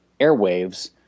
airwaves